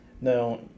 Now